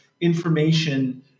information